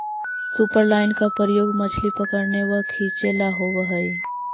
superline का प्रयोग मछली पकड़ने व खींचे ला होव हई